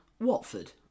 Watford